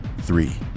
Three